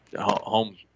home